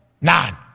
Nine